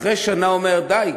אחרי שנה אומר "די,